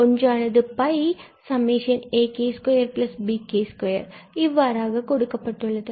ஒன்றானது ak2bk2 இவ்வாறு கொடுக்கப்பட்டுள்ளது